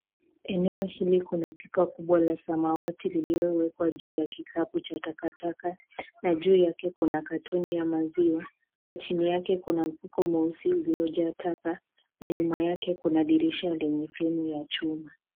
Eneo hili kuna pipa kubwa la samawati lililowekwa juu ya kikapu cha takataka na juu yake kuna katoni ya maziwa na chini yake kuna mfuko mweusi uliojaa taka na nyuma yake kuna dirisha lenye fremu ya chuma.